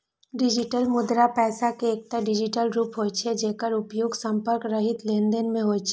digital मुद्रा पैसा के एकटा डिजिटल रूप होइ छै, जेकर उपयोग संपर्क रहित लेनदेन मे होइ छै